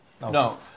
No